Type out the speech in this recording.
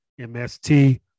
MST